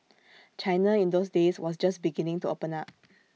China in those days was just beginning to open up